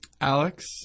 Alex